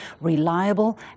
reliable